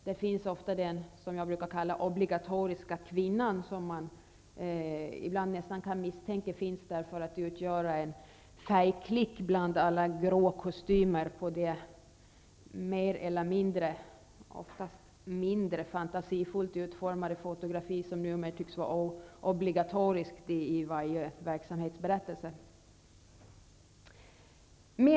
Där finns den, som jag brukar säga, obligatoriska kvinnan som man kan misstänka ibland finns där för att utgöra en färgklick bland alla gråa kostymer på det mer eller mindre -- oftast mindre -- fantasifullt uformade fotografi som numera tycks vara obligatoriskt i varje verksamhetsberättelse.